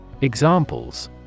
Examples